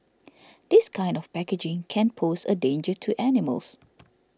this kind of packaging can pose a danger to animals